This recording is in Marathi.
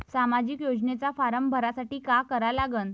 सामाजिक योजनेचा फारम भरासाठी का करा लागन?